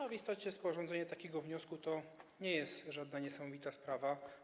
A w istocie sporządzenie takiego wniosku to nie jest żadna niesamowita sprawa.